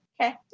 Okay